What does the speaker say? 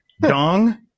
Dong